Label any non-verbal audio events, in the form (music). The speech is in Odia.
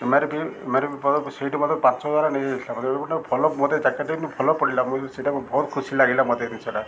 M R P M R P (unintelligible) ସେଇଟି ମୋର ପାଞ୍ଚ ହଜାର ନେଇଯାଇଥିଲା (unintelligible) ଭଲ ମତେ ଜ୍ୟାକେଟ୍ ମୁଁ ଭଲ ପଡ଼ିଲା ସେଇଟା ବହୁତ ଖୁସି ଲାଗିଲା ମତେ ଜିନିଷଟା